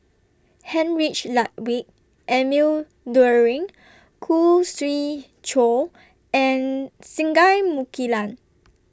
Heinrich Ludwig Emil Luering Khoo Swee Chiow and Singai Mukilan